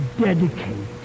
dedicate